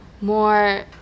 more